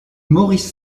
maurice